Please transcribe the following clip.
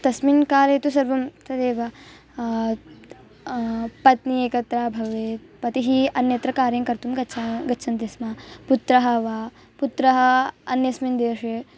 तस्मिन् काले तु सर्वं तदेव पत्नी एकत्र भवेत् पतिः अन्यत्र कार्यं कर्तुं गच्छ गच्छति स्म पुत्रः वा पुत्रः अन्यस्मिन् देशे